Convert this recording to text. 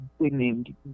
big-name